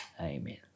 Amen